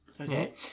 Okay